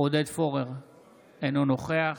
אינו נוכח